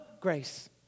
grace